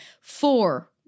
Four